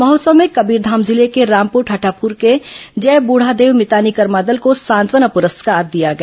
महोत्सव में कबीरधाम जिले के रामपुर ठाठापुर के जय बूढ़ादेव मितानी कर्मा दल को सांत्वना पुरस्कार दिया गया